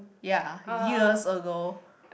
ya years ago